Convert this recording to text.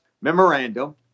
Memorandum